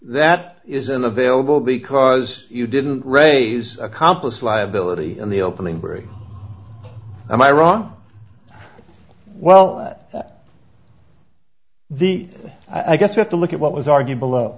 that isn't available because you didn't raise accomplice liability in the opening bery am i wrong well the i guess you have to look at what was argued below